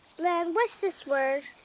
blynn, what's this word?